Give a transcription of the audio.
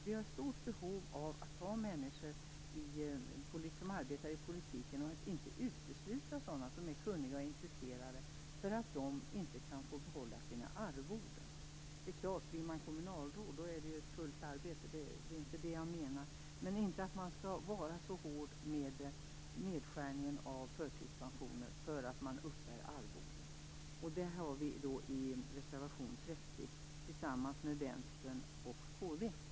Vi har stort behov av människor som arbetar i politiken och får inte utesluta sådana som är kunniga och intresserade för att de inte kan få behålla sina arvoden. Blir man kommunalråd är det så klart ett heltidsarbete, men det är inte det jag menar. Man skall inte vara så hård med nedskärningen av förtidspensioner för att någon uppbär arvode. Det har vi tagit upp i reservation 30 tillsammans med Vänstern och Kristdemokraterna.